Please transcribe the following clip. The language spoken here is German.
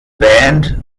band